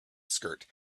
skirt